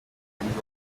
bagenzi